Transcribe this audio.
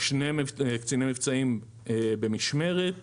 שני קציני מבצעים במשמרת.